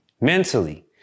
mentally